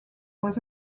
was